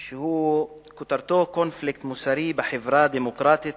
כותרתו: קונפליקט מוסרי בחברה דמוקרטית